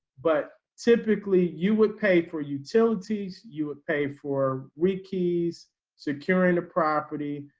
but typically you would pay for utilities you would pay for ricky's securing the property,